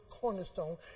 cornerstone